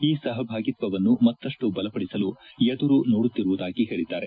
ಈ ಸಹಭಾಗಿತ್ವವನ್ನು ಮತ್ತಷ್ಟು ಬಲಪಡಿಸಲು ಎದುರು ನೋಡುತ್ತಿರುವುದಾಗಿ ಹೇಳಿದ್ದಾರೆ